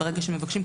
ברגע שמבקשים,